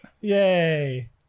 Yay